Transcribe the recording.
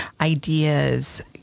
ideas